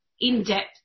in-depth